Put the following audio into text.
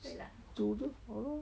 s~ 煮就好 lor